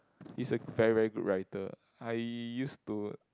he's a very very good writer I used to